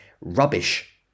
rubbish